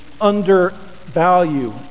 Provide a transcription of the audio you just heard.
undervalue